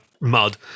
mud